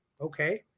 Okay